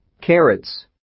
Carrots